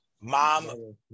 mom